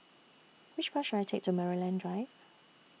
Which Bus should I Take to Maryland Drive